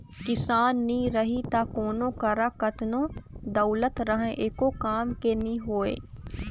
किसान नी रही त कोनों करा कतनो दउलत रहें एको काम के नी होय